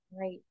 right